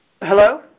Hello